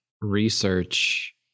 research